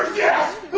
yes